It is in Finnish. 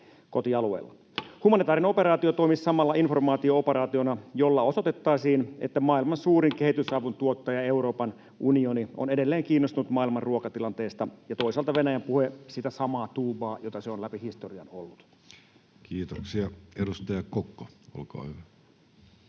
Humanitaarinen operaatio toimisi samalla informaatio-operaationa, jolla osoitettaisiin, että maailman suurin kehitysavun tuottaja, Euroopan unioni, on edelleen kiinnostunut maailman ruokatilanteesta ja toisaalta Venäjän puhe on sitä samaa tuubaa, jota se on läpi historian ollut. Kiitoksia. — Edustaja Kokko, olkaa hyvä.